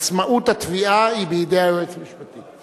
עצמאות התביעה היא בידי היועץ המשפטי.